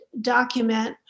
document